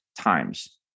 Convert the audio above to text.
times